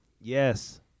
Yes